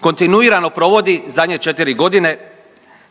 kontinuirano provodi zadnje 4 godine